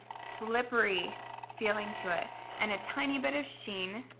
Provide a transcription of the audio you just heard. slippery feeling to it and a tiny bit of sheen.